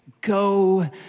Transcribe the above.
Go